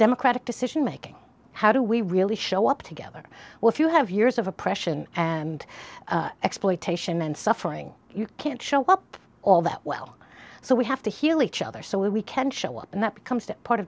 democratic decision making how do we really show up together what you have years of oppression and exploitation and suffering you can't show up all that well so we have to heal each other so we can show up and that becomes t